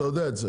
אתה יודע את זה.